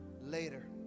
later